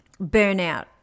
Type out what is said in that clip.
burnout